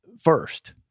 First